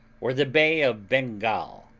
or the bay of bengal,